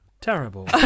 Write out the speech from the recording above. Terrible